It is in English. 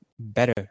better